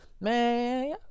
Man